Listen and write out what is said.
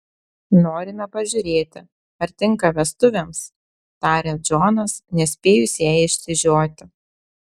norime pažiūrėti ar tinka vestuvėms taria džonas nespėjus jai išsižioti